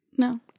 no